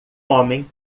homem